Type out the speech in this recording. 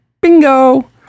bingo